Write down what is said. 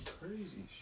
Crazy